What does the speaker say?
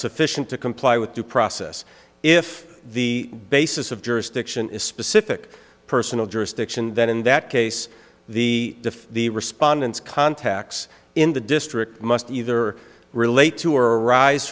sufficient to comply with due process if the basis of jurisdiction is specific personal jurisdiction then in that case the if the respondents contacts in the district must either relate to or arise